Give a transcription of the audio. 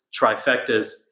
trifectas